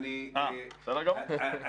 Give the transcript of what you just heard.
בסדר גמור.